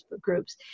groups